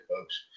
folks